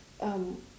um